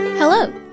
Hello